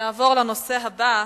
שנעבור לנושא הבא,